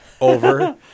over